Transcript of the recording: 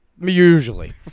Usually